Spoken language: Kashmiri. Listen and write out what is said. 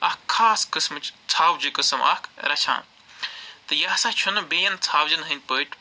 اکھ خاص قسمٕچۍ ژھاوجہِ قسٕم اکھ رَچھان تہٕ یہِ ہسا چھُنہٕ بیٚیَن ژھاوجیٚن ہنٛدۍ پٲٹھۍ